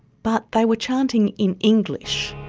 but they were chanting in english.